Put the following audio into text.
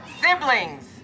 siblings